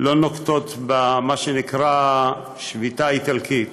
לא נוקטות מה שנקרא שביתה איטלקית.